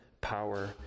power